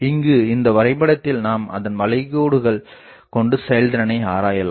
இங்கு இந்த வரைபடத்தில் நாம் அதன் வளைகோடுகள் கொண்டு செயல்திறனை ஆராயலாம்